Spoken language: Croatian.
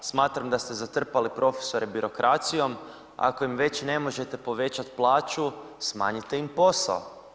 Smatram da ste zatrpali profesore birokracijom, ako im već ne možete povećati plaću, smanjite im posao.